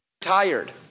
tired